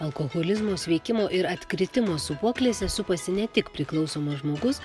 alkoholizmo sveikimo ir atkritimo sūpuoklėse supasi ne tik priklausomas žmogus